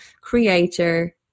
creator